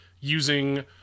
using